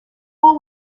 hall